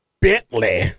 Bentley